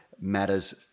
matters